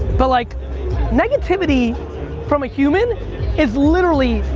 but like negativity from a human is literally,